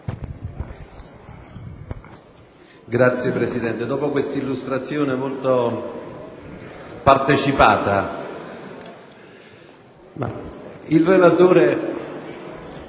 Signor Presidente, dopo questa illustrazione molto partecipata, il relatore